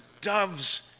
doves